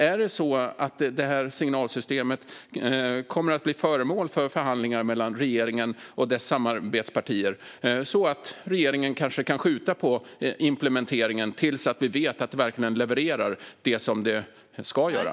Kommer det signalsystemet att bli föremål för förhandlingar mellan regeringen och dess samarbetspartier, så att regeringen kanske kan skjuta på implementeringen tills vi vet att det verkligen levererar vad det ska?